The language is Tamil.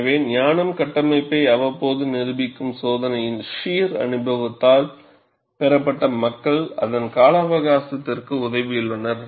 எனவே ஞானம் கட்டமைப்பை அவ்வப்போது நிரூபிக்கும் சோதனையின் ஷீர் அனுபவத்தால் பெறப்பட்ட மக்கள் அதன் கால அவகாசத்திற்கு உதவியுள்ளனர்